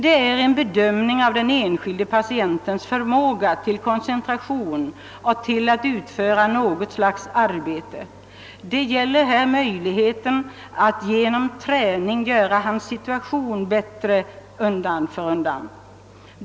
Det gäller att göra en bedömning av den enskilde patientens förmåga till koncentration och till utförande av något slags arbete, och det gäller också möjligheten att genom träning göra hans situation bättre undan för undan.